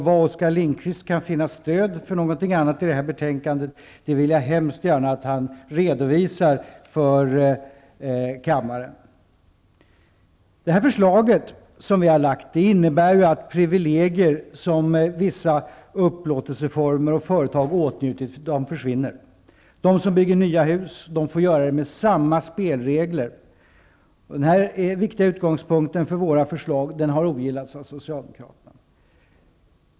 Var Oskar Lindkvist kan finna stöd för någonting annat i det här betänkandet vill jag hemskt gärna att han redovisar för kammaren. Vårt förslag innebär att de privilegier som vissa upplåtelseformer och företag åtnjutit försvinner. De som bygger nya hus får nu alla göra det med samma spelregler. Den viktiga utgångspunkten för våra förslag har ogillats av Socialdemokraterna.